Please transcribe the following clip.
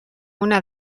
una